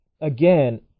again